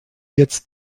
jetzt